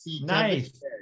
Nice